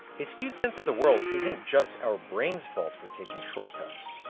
a skewed sense of the world isn't just our brain's fault for taking shortcuts.